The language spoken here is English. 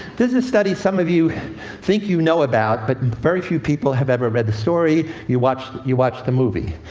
there's a study some of you think you know about, about, but very few people have ever read the story. you watched you watched the movie.